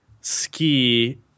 ski